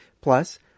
Plus